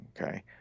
okay